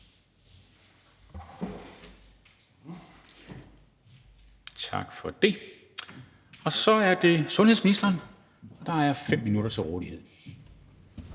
tak for det – er det sundhedsministeren. Der er 5 minutter til rådighed.